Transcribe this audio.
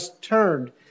turned